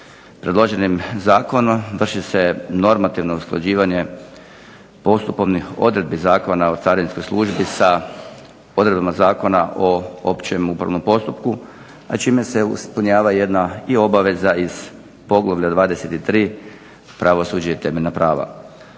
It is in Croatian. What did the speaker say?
Predloženim zakonom vrši se normativno usklađivanje postupovnih odredbi Zakona o carinskoj službi sa odredbama Zakona o općem upravnom postupku, a čime se ispunjava i jedna obaveza iz poglavlja 23.- Pravosuđe i temeljna prava.